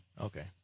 Okay